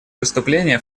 выступления